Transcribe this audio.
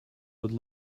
would